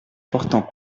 portant